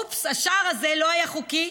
אופס, השער הזה לא היה חוקי,